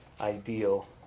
ideal